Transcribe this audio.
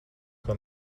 man